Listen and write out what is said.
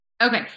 okay